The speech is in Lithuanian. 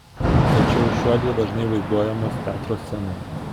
tačiau šiuodvi dažnai vaizduojamos teatro scenoje